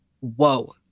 whoa